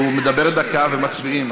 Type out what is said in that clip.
והוא מדבר דקה ומצביעים,